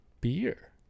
beer